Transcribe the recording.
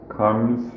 comes